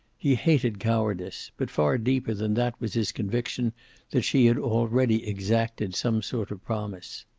he hated cowardice, but far deeper than that was his conviction that she had already exacted some sort of promise.